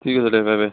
ঠিক আছে দে বাই বাই